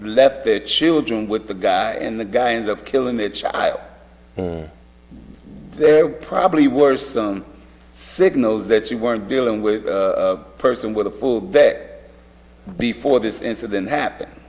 left their children with the guy and the guy ends up killing the child they're probably worse signals that you weren't dealing with a person with a full day before this incident happened